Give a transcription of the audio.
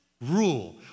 rule